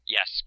Yes